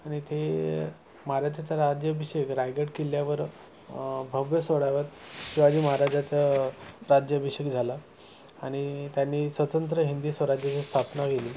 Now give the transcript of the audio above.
आणि ते महाराजाचा राज्याभिषेक रायगड किल्ल्यावर भव्य सोडाव्यात शिवाजी महाराजाचा राज्याभिषेक झाला आणि त्यांनी स्वतंत्र हिंदवी स्वराज्याची स्थापना केली